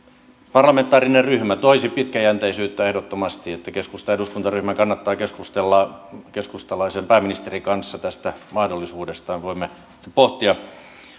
parlamentaarinen ryhmä toisi pitkäjänteisyyttä ehdottomasti joten keskustan eduskuntaryhmän kannattaa keskustella keskustalaisen pääministerin kanssa tästä mahdollisuudesta ja voimme sitten pohtia